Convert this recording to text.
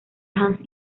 hans